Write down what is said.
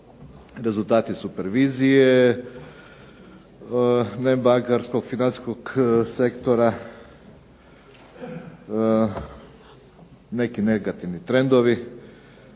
rezultati supervizije, nebankarskog financijskog sektora, neki negativni trendovi